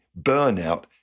burnout